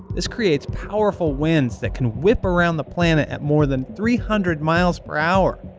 this creates powerful winds that can whip around the planet at more than three hundred miles-per-hour.